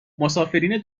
مسافرین